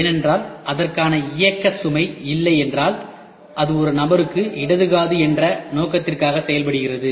ஏனென்றால் அதற்கான இயக்க சுமை இல்லை என்றால் அது ஒரு நபருக்கு இடது காது என்ற ஒரு நோக்கத்திற்காக செயல்படுகிறது